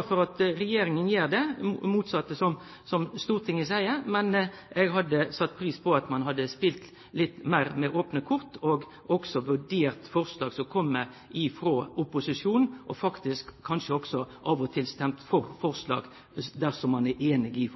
for at regjeringa gjer det motsette av det Stortinget seier, men eg hadde sett pris på at ein hadde spelt med litt meir opne kort og vurdert forslag som kjem frå opposisjonen, og faktisk kanskje av og til òg stemt for forslaga, dersom ein er einig